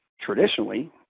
traditionally